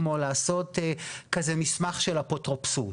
כמו לעשות כזה מסמך של אפוטרופסות,